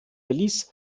belize